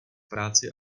práci